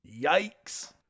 Yikes